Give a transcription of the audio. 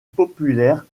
populaire